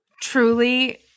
Truly